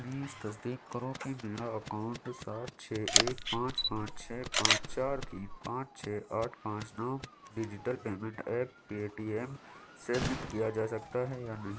please تصدیق کرو کہ میرا اکاؤنٹ سات چھ ایک پانچ پانچ چھ پانچ چار تین پانچ چھ آٹھ پانچ نو digital payment app Paytm سے لنک کیا جا سکتا ہے یا نہیں